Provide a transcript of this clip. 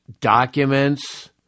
documents